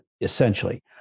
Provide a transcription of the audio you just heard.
essentially